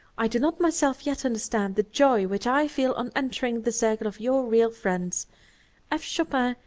i do not myself yet understand the joy which i feel on entering the circle of your real friends f. chopin,